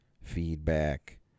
feedback